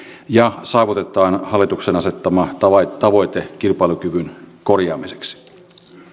ja saavutetaan hallituksen asettama tavoite tavoite kilpailukyvyn korjaamiseksi